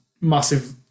massive